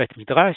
בית מדרש,